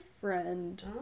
friend